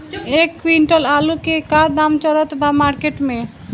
एक क्विंटल आलू के का दाम चलत बा मार्केट मे?